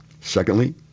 Secondly